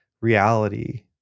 reality